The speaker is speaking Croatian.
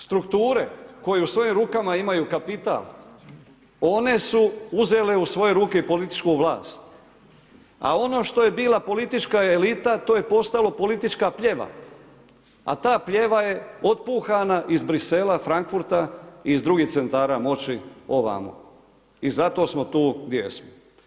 Strukture koje u svojim rukama imaju kapital one su uzele u svoje ruke i političku vlast. a ono što je bila politička elita to je postalo politička pljeva, a ta pljeva je otpuhana iz Bruxellesa, Frankfurta i iz drugih centara moći ovamo i zato smo tu gdje jesmo.